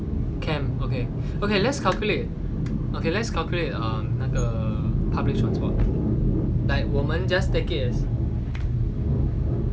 camp okay okay let's calculate okay let's calculate 那个 public transport like 我们 just that guess